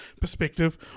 perspective